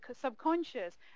subconscious